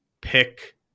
pick